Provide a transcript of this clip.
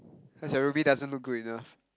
cause Ruby doesn't look great enough